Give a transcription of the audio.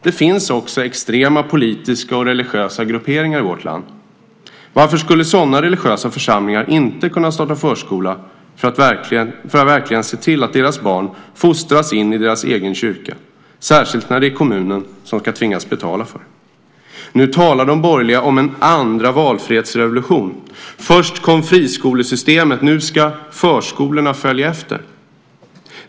Det finns extrema politiska och religiösa grupperingar i vårt land. Varför skulle inte sådana religiösa församlingar kunna starta förskola för att verkligen se till att deras barn fostras in i deras egen kyrka, särskilt när det är kommunen som ska tvingas betala för det? Nu talar de borgerliga om en andra valfrihetsrevolution. Först kom friskolesystemet, nu ska förskolorna följa efter.